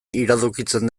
iradokitzen